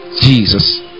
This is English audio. jesus